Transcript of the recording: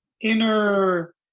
inner